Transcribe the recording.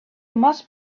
must